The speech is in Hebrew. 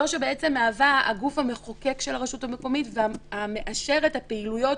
זו שבעצם מהווה הגוף המחוקק של הרשות המקומית והמאשר את הפעילויות